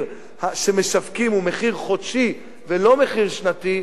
שמשווקים הוא מחיר חודשי ולא מחיר שנתי,